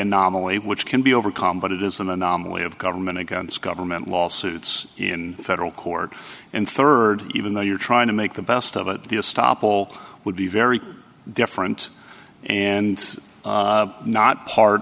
anomaly which can be overcome but it is an anomaly of government against government lawsuits in federal court and third even though you're trying to make the best of it the astop all would be very different and not part